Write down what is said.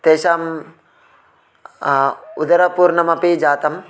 तेषां उदरपूर्णमपि जातं